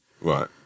Right